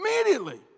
immediately